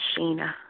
Sheena